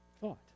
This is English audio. thought